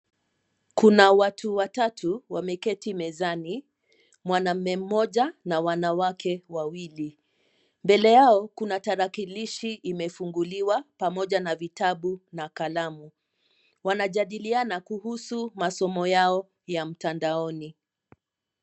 Kuna watu watatu wameketi mezani, mwanaume mmoja na wanawake wawili. Mbele yao, kuna tarakilishi imefunguliwa pamoja na vitabu na kalamu. Wanajadiliana kuhusu masomo yao ya mtandaoni.